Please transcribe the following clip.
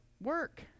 work